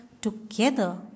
together